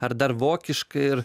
ar dar vokiškai ir